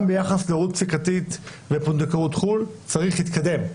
גם ביחס להורות פסיקתית ופונדקאות חו"ל צריך להתקדם.